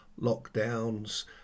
lockdowns